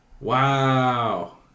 Wow